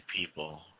people